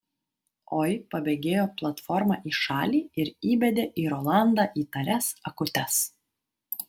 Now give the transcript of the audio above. oi pabėgėjo platforma į šalį ir įbedė į rolandą įtarias akutes